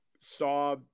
saw